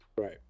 Right